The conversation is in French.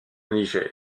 niger